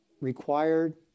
required